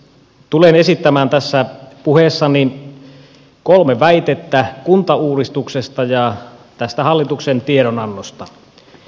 tulen esittämään tässä puheessani kolme väitettä kuntauudistuksesta ja tästä hallituksen tiedonannosta